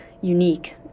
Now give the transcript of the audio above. unique